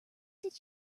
did